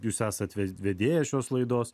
jūs esat vedėjas šios laidos